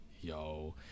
yo